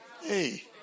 Hey